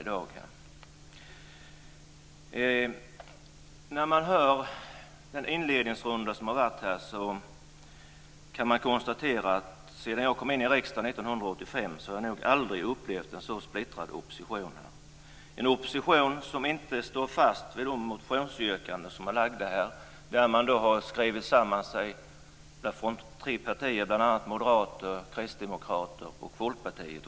Efter att ha lyssnat till inledningsrundan här kan jag konstatera att jag sedan 1985, då jag kom in i riksdagen, nog aldrig har upplevt en så splittrad opposition - en opposition som inte står fast vid här lagda motionsyrkanden där man från tre partier har skrivit sig samman. Det gäller då Moderaterna, Kristdemokraterna och Folkpartiet.